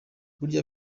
burya